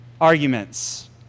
arguments